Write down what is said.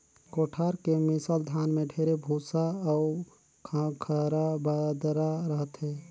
कोठार के मिसल धान में ढेरे भूसा अउ खंखरा बदरा रहथे